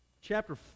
chapter